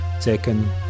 taken